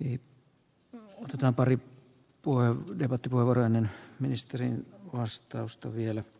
yk ei ota pari puhe on pidätetty poranen ministerin vastausta jaettavaa